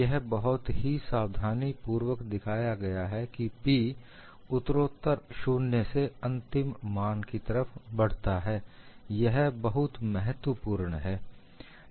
यह बहुत ही सावधानीपूर्वक दिखाया गया है कि P उत्तरोत्तर शून्य से अपने अंतिम मान की तरफ बढ़ता है यह बहुत महत्वपूर्ण है